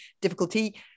difficulty